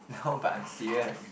no but I'm serious